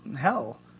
hell